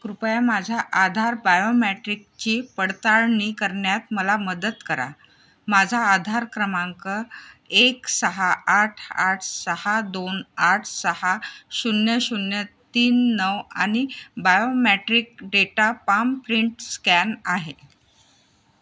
कृपया माझ्या आधार बायोमॅट्रिकची पडताळणी करण्यात मला मदत करा माझा आधार क्रमांक एक सहा आठ आठ सहा दोन आठ सहा शून्य शून्य तीन नऊ आणि biometric data palm print scan आहे